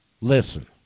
Listen